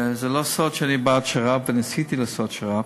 זה לא סוד שאני בעד שר"פ, וניסיתי לעשות שר"פ.